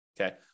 okay